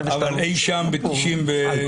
זה אי שם ב-1998.